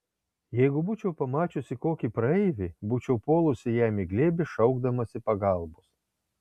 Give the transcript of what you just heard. jeigu būčiau pamačiusi kokį praeivį būčiau puolusi jam į glėbį šaukdamasi pagalbos